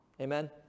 Amen